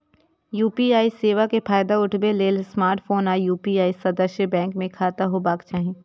UPI सेवा के फायदा उठबै लेल स्मार्टफोन आ यू.पी.आई सदस्य बैंक मे खाता होबाक चाही